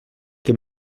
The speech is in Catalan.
que